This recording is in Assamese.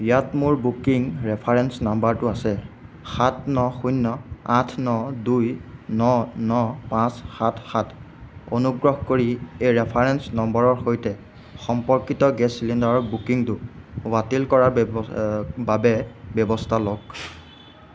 ইয়াত মোৰ বুকিং ৰেফাৰেন্স নাম্বৰটো আছে সাত ন শূন্য আঠ ন দুই ন ন পাঁচ সাত সাত অনুগ্ৰহ কৰি এই ৰেফাৰেন্স নম্বৰৰ সৈতে সম্পৰ্কিত গেছ চিলিণ্ডাৰ বুকিংটো বাতিল কৰাৰ বাবে ব্যৱস্থা লওক